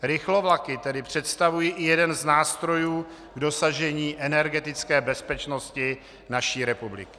Rychlovlaky tedy představují i jeden z nástrojů k dosažení energetické bezpečnosti naší republiky.